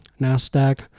Nasdaq